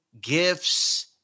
gifts